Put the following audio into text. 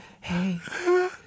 hey